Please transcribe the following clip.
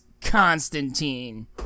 Constantine